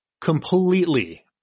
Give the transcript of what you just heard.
completely